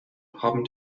haben